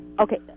Okay